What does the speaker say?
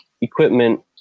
equipment